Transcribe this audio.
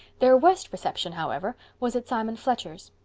their worst reception, however, was at simon fletcher's.